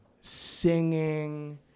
singing